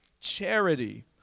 charity